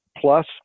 plus